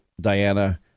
Diana